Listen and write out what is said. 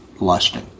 lusting